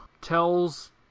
tells